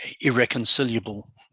irreconcilable